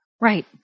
Right